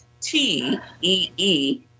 T-E-E